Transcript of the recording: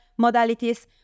modalities